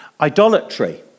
Idolatry